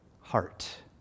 heart